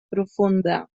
profunda